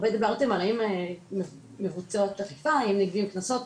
העם מבוצעות אכיפה, האם יהיו קנסות.